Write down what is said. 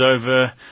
over